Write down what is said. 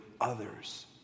others